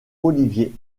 olivier